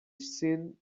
seen